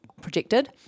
projected